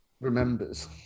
remembers